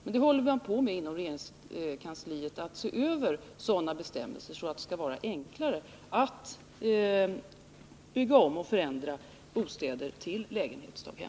Men inom regeringskansliet håller man på att se över sådana bestämmelser, så att det skall bli enklare att bygga om och förändra bostäder till lägenhetsdaghem.